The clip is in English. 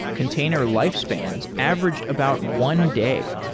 container lifespans averaged about one day.